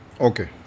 Okay